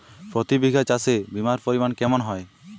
প্রতি বিঘা চাষে বিমার পরিমান কেমন হয়?